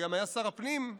וגם היה שר הפנים,